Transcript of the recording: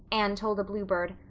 anne told a bluebird,